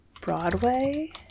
Broadway